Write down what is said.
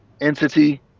entity